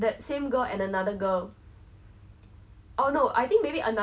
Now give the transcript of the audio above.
the docking point of the kayak so he was like everywhere and nobody listening